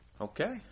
Okay